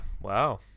wow